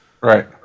Right